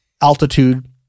altitude